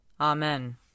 Amen